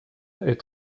est